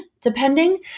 depending